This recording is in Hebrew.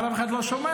אבל אף אחד לא שומע.